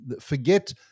forget